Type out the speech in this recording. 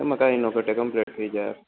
એમા કાઇ ન ગટે કમ્પ્લેટ થઈ જાયે